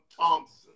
Thompson